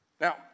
Now